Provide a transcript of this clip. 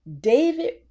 David